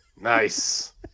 Nice